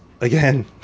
again